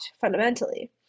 fundamentally